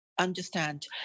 Understand